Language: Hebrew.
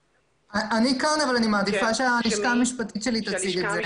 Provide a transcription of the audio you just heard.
אני כאן אבל אני מעדיפה שהלשכה המשפטית שלנו תציג את זה,